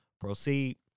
proceed